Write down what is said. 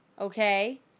Okay